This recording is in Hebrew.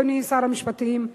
אדוני שר המשפטים,